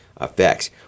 effects